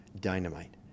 dynamite